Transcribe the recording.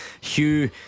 Hugh